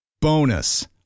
Bonus